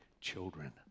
children